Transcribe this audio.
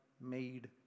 made